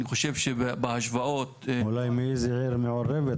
אני חושב שבהשוואות --- אולי מאיזו עיר מעורבת